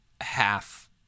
half